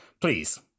please